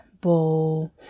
bo